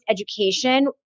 education